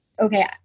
okay